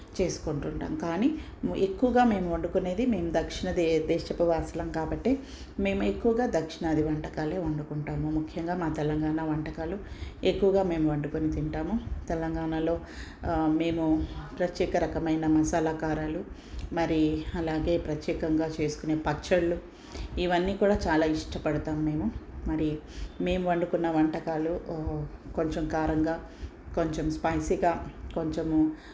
చేసుకుంటుటాము కానీ ఎక్కువగా మేము వండుకునేది మేం దక్షిణ దే దేశపు వాసులం కాబట్టి మేము ఎక్కువగా దక్షిణాది వంటకాలే వండుకుంటాము ముఖ్యంగా మా తెలంగాణ వంటకాలు ఎక్కువగా మేము వండుకొని తింటాము తెలంగాణలో మేము ప్రత్యేక రకమైన మసాలా కారాలు మరి అలాగే ప్రత్యేకంగా చేసుకునే పచ్చళ్ళు ఇవన్నీ కూడా చాలా ఇష్టపడతాము మేము మరి మేము వండుకున్న వంటకాలు కొంచెం కారంగా కొంచెం స్పైసీగా కొంచెము